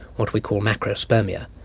what we call macrospermia,